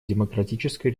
демократической